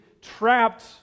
trapped